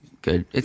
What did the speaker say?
Good